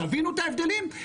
ותבינו את ההבדלים.